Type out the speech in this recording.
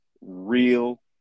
real